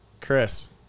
Chris